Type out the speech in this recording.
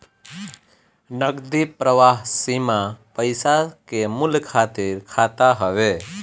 नगदी प्रवाह सीमा पईसा के मूल्य खातिर खाता हवे